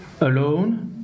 alone